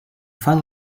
found